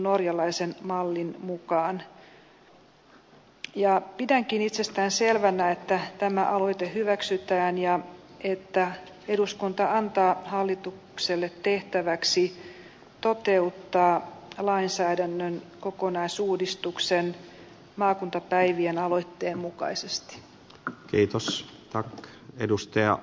jag ser det som en självklarhet att denna hemställningsmotion godkänns och att riksdagen ger regeringen i uppdrag att företa en översyn av lagstiftningen i enlighet med lagtingets motion